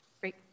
Great